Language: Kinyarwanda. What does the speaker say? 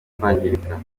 kwangirika